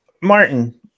Martin